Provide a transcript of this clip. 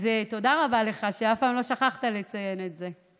אז תודה רבה לך, שאף פעם לא שכחת לציין את זה.